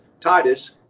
Titus